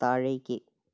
താഴേക്ക്